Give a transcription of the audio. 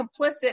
complicit